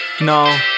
No